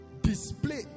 display